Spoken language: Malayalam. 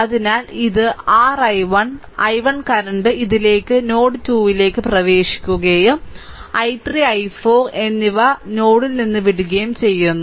അതിനാൽ ഇത് r i1 i1 കറന്റ് ഇതിലേക്ക് നോഡ് 2 ലേക്ക് പ്രവേശിക്കുകയും i3 i4 എന്നിവ വിടുകയും ചെയ്യുന്നു